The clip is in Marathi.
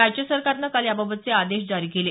राज्य सरकारनं काल याबाबतचे आदेश जारी केले